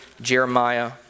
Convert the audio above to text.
Jeremiah